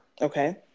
okay